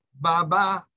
Bye-bye